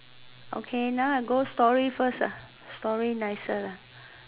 okay now I go story first ah story nicer lah